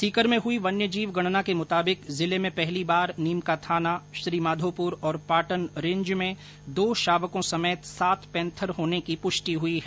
सीकर में हुई वन्य जीव गणना के मुताबिक जिले में पहली बार नीम का थाना श्रीमाधोपुर और पाटन रेंज में दो शावकों समेत सात पेंथर होने की पुष्टि हुई है